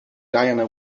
diana